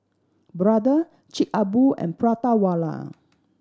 Brother Chic a Boo and Prata Wala